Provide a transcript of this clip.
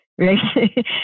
Right